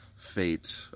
fate